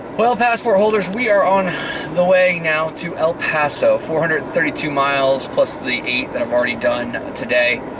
well, passport holders, we are on the way now to el paso, four hundred and thirty two miles, plus the eight that i've already done today.